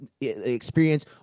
experience